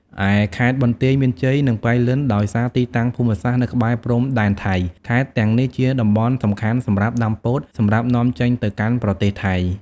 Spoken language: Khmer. ឯខេត្តបន្ទាយមានជ័យ និងប៉ៃលិន ដោយសារទីតាំងភូមិសាស្ត្រនៅក្បែរព្រំដែនថៃ ខេត្តទាំងនេះជាតំបន់សំខាន់សម្រាប់ដាំពោតសម្រាប់នាំចេញទៅកាន់ប្រទេសថៃ។